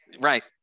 Right